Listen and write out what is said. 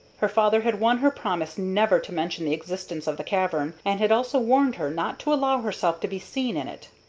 her father had won her promise never to mention the existence of the cavern, and had also warned her not to allow herself to be seen in it.